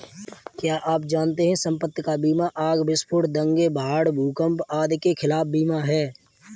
क्या आप जानते है संपत्ति का बीमा आग, विस्फोट, दंगे, बाढ़, भूकंप आदि के खिलाफ बीमा है?